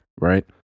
right